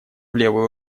левую